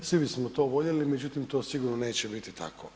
Svi bismo to voljeli, međutim, to sigurno neće biti tako.